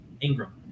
Ingram